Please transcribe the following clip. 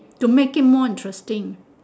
to make it more interesting